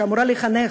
שאמורה לחנך,